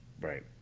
Right